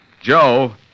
Joe